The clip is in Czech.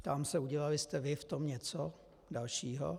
Ptám se, udělali jste vy v tom něco dalšího?